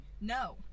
No